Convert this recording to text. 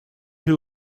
who